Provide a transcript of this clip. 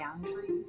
boundaries